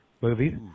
movies